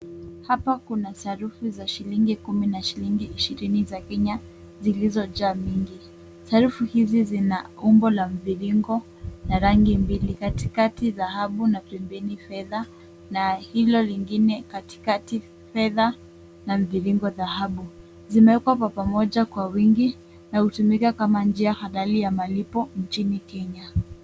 Hapa kuna sarufi za shilingi kumi na shilingi ishirini za Kenya, zilizo jaa mingi. Sarufi hizi zina umbo la mviringo, na rangi mbili. Katikati za habu na pembeni fedha, na hilo lingine katikati fedha na mviringo za habu. Zimewekwa papamoja kwa wingi, na hutumika kama njia halali ya malipo nchini Kenya.